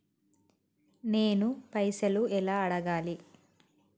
నేను పైసలు ఎలా అడగాలి?